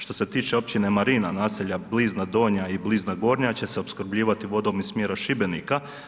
Što se tiče općine Marina, naselja Blizna Donja i Blizna Gornja će se opskrbljivati vodom iz smjera Šibenika.